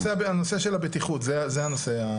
הנושא של הבטיחות, זה הנושא.